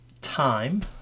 time